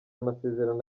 amasezerano